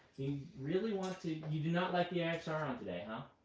you really want to you do not like the eye of sauron today, huh?